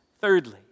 Thirdly